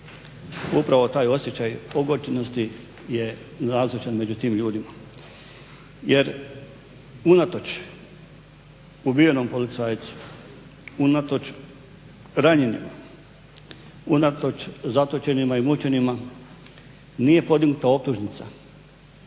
upravo taj osjećaj ogorčenosti je nazočan među tim ljudima. Jer unatoč ubijenom policajcu, unatoč ranjenima, unatoč zatočenima i mučenima nije podignuta optužnica